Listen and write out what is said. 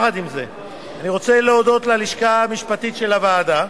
עם זה, אני רוצה להודות ללשכה המשפטית של הוועדה,